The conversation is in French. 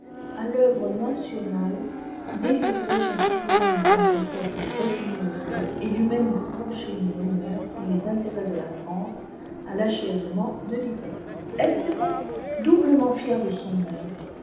à l'œuvre nationale délivré éô son souverain du contre-poids qui le retenait aux alpes et du môme coup enchaîné l'honneur et les intérêts de la france à l'achèvement de l'italie elle peut être doublement fière de son œuvre